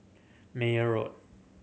Meyer Road